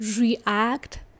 react